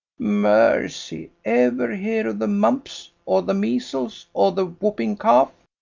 mercy! ever hear of the mumps, or the measles, or the whooping cough?